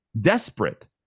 desperate